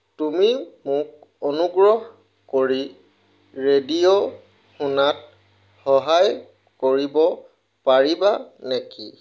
তুমি মোক অনুগ্ৰহ কৰি ৰেডিঅ' শুনাত সহায় কৰিব পাৰিবা নেকি